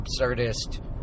absurdist